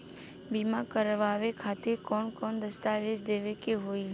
बीमा करवाए खातिर कौन कौन दस्तावेज़ देवे के होई?